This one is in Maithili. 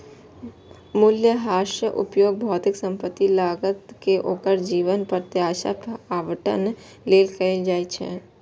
मूल्यह्रासक उपयोग भौतिक संपत्तिक लागत कें ओकर जीवन प्रत्याशा पर आवंटन लेल कैल जाइ छै